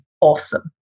awesome